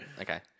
Okay